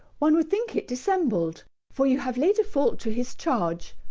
one would think it dissembled for you have laid a fault to his charge,